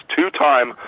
Two-time